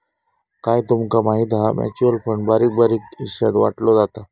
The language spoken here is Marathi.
काय तूमका माहिती हा? म्युचल फंड बारीक बारीक हिशात वाटलो जाता